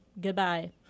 goodbye